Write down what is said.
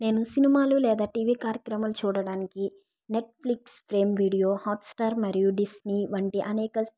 నేను సినిమాలు లేదా టీవీ కార్యక్రమాలు చూడడానికి నెట్ఫ్లిక్స్ ప్రైమ్ వీడియో హాట్స్టార్ మరియు డిస్నీ వంటి అనేక